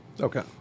Okay